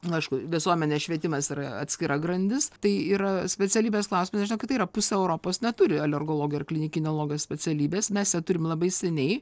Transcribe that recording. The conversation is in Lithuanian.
nu aišku visuomenės švietimas yra atskira grandis tai yra specialybės klausimais žinokit tai yra pusė europos neturi alergologių ar klinikinologių specialybės mes turim labai seniai